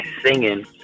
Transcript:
singing